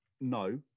No